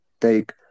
take